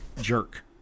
jerk